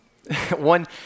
One